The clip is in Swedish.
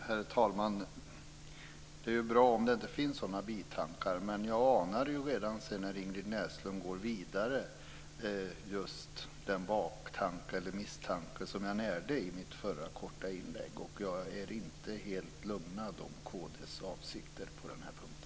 Herr talman! Det är ju bra om det inte finns några sådana bitankar, men jag fick när Ingrid Näslund gick vidare den misstanke som jag framförde i mitt förra korta inlägg. Jag är inte helt lugnad om kd:s avsikter på den här punkten.